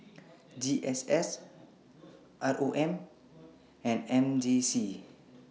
G S S R O M and M J C